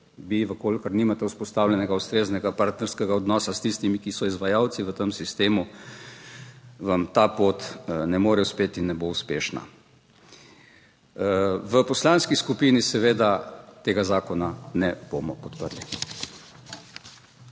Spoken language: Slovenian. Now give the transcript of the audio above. v kolikor nimate vzpostavljenega ustreznega partnerskega odnosa s tistimi, ki so izvajalci v tem sistemu, vam ta pot ne more uspeti in ne bo uspešna. V Poslanski skupini seveda tega zakona ne bomo podprli.